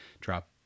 drop